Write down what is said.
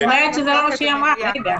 זה לא מה שאמרתי.